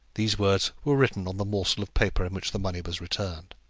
these words were written on the morsel of paper in which the money was returned.